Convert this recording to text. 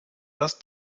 das